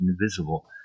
invisible